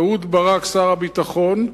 אהוד ברק, שר הביטחון,